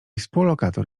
współlokator